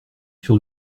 sur